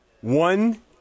One